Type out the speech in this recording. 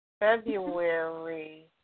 February